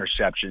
interceptions